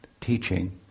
teaching